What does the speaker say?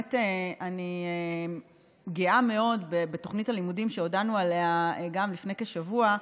באמת אני גאה מאוד בתוכנית הלימודים שהודענו עליה לפני כשבוע,